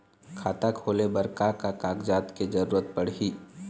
खाता खोले बर का का कागजात के जरूरत पड़ही?